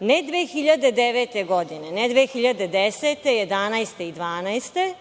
ne 2011. godine i ne 2012. godine, već